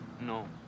No